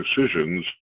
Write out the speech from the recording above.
decisions